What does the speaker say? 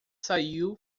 saiu